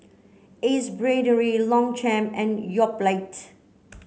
Ace Brainery Longchamp and Yoplait